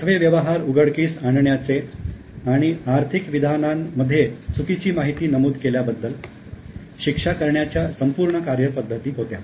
फसवे व्यवहार उघडकीस आणण्याचे आणि आर्थिक विधानांमध्ये चुकीची माहिती नमूद केल्याबद्दल शिक्षा करण्याच्या संपूर्ण कार्यपद्धती होत्या